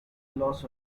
loss